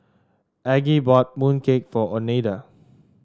Aggie bought mooncake for Oneida